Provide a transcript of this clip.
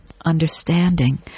understanding